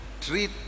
Treat